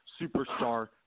superstar